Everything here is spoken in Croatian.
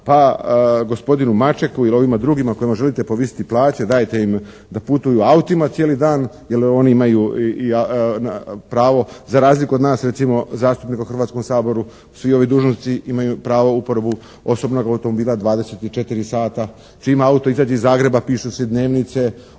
pa gospodinu Mačeku ili ovima drugima kojima želite povisiti plaće dajte im da putuju autima cijeli dan jer oni imaju i pravo za razliku od nas recimo zastupnika u Hrvatskom saboru, svi ovi dužnosnici imaju pravo uporabu osobnog automobila 24 sata. Čim auto izađe iz Zagreba pišu si dnevnice,